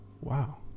Wow